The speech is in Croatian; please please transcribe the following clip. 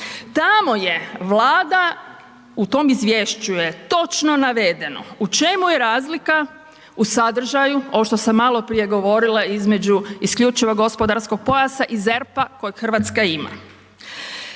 Tamo je Vlada, u tom izvješću je točno navedeno u čemu je razlika u sadržaju, ovo što sam maloprije govorila između isključivog gospodarskog pojasa i ZERP-a kojeg Hrvatska ima.